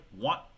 want